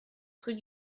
rue